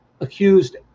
accused